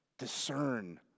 discern